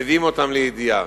מביאים אותם לידיעה.